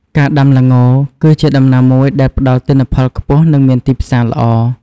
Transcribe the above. ការដាំល្ងគឺជាដំណាំមួយដែលផ្តល់ទិន្នផលខ្ពស់ និងមានទីផ្សារល្អ។